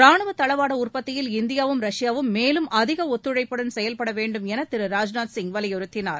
ரானுவ தளவாட உற்பத்தியில் இந்தியாவும் ரஷ்யாவும் மேலும் அதிக ஒத்துழைப்புடன் செயல்பட வேண்டும் என திரு ராஜ்நாத் சிங் வலியுறுத்தினார்